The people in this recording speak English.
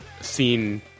seen